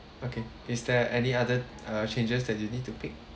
okay is there any other uh changes that you need to pick